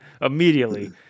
immediately